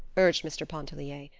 urged mr. pontellier.